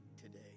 today